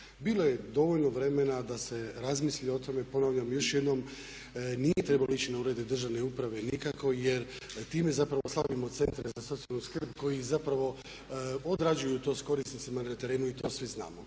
Bilo je dovoljno vremena da se razmisli o tome, ponavljam još jednom nije trebalo ići na urede državne uprave nikako jer time zapravo slabimo centre za socijalnu skrb koji zapravo odrađuju to s korisnicima na terenu i to svi znamo.